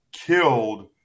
killed